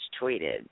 tweeted